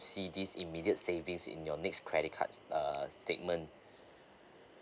see this immediate savings in your next credit card uh statement